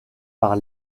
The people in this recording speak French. par